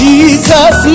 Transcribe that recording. Jesus